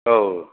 औ